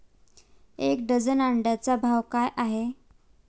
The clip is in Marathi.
एक डझन अंड्यांचा भाव काय आहे?